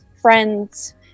friends